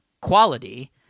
quality